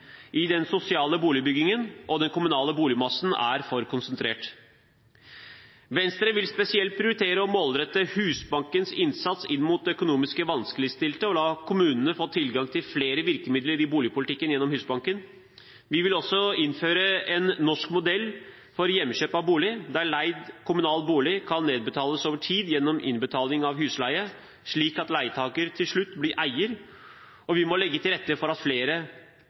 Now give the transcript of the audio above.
i den sosiale boligbyggingen, og den kommunale boligmassen er for konsentrert. Venstre vil spesielt prioritere å målrette Husbankens innsats inn mot økonomisk vanskeligstilte og la kommunene få tilgang til flere virkemidler i boligpolitikken gjennom Husbanken. Vi vil også innføre en norsk modell for hjemkjøp av bolig, der leid kommunal bolig kan nedbetales over tid gjennom innbetaling av husleie, slik at leietaker til slutt blir eier. Vi må også legge til rette for flere